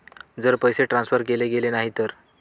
जर पैसे ट्रान्सफर केले गेले नाही तर?